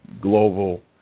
global